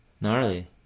Gnarly